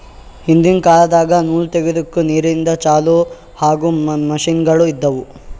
ಹಿಂದಿನ್ ಕಾಲದಾಗ ನೂಲ್ ತೆಗೆದುಕ್ ನೀರಿಂದ ಚಾಲು ಆಗೊ ಮಷಿನ್ಗೋಳು ಇದ್ದುವು